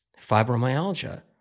Fibromyalgia